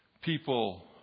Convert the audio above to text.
People